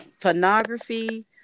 Pornography